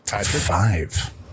Five